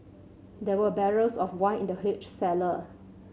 there were barrels of wine in the huge cellar